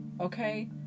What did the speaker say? Okay